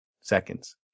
seconds